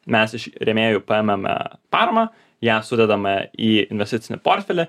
mes iš rėmėjų paimame paramą ją sudedame į investicinį portfelį